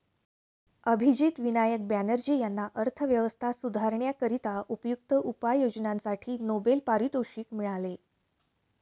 अभिजित विनायक बॅनर्जी यांना अर्थव्यवस्था सुधारण्याकरिता उपयुक्त उपाययोजनांसाठी नोबेल पारितोषिक मिळाले